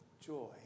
joy